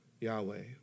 Yahweh